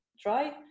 try